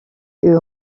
est